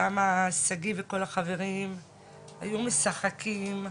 שם שגיא וכל החברים היו משחקים,